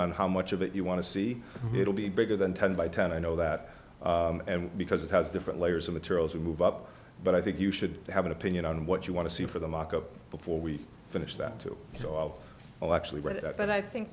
on how much of it you want to see it'll be bigger than ten by ten i know that and because it has different layers of materials you move up but i think you should have an opinion on what you want to see for the mock up before we finish that too so i'll well actually read it but i think